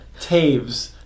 Taves